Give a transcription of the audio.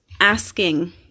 asking